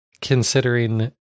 considering